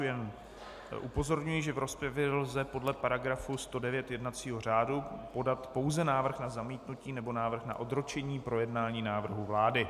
Jen upozorňuji, že v rozpravě lze podle § 109 jednacího řádu podat pouze návrh na zamítnutí nebo návrh na odročení projednání návrhů vlády.